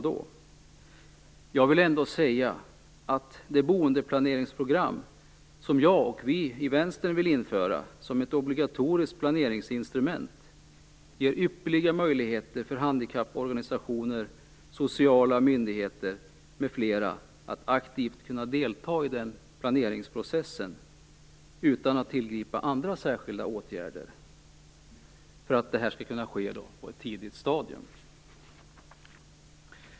Det boendeplaneringsprogram som jag och Vänstern vill införa som ett obligatoriskt planeringsinstrument ger ypperliga möjligheter för handikapporganisationer, sociala myndigheter m.fl. att aktivt kunna delta i planeringsprocessen utan att tillgripa andra särskilda åtgärder för att detta skall kunna ske på ett tidigt stadium.